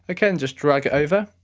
ah okay and just drag over,